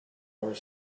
our